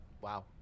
wow